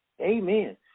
Amen